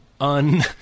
un-